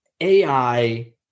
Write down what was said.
AI